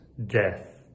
death